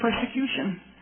persecution